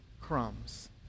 crumbs